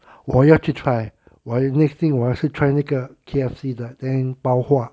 我要去 try 我 next thing 我要去 try 那个 K_F_C 的 then 包括